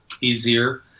easier